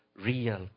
real